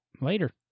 Later